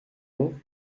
nom